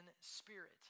spirit